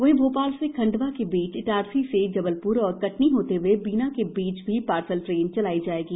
वहीं भोपाल से खंडवा के बीच इटारसी से जबलपुर और कटनी होते हुए बीना के बीच भी पार्सल ट्रेन चलाई जाएगी